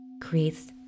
creates